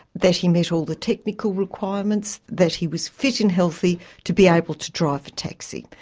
that he met all the technical requirements, that he was fit and healthy to be able to drive a taxi.